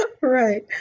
Right